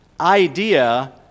idea